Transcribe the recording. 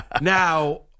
Now